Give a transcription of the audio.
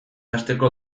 hasteko